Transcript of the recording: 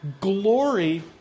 glory